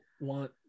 want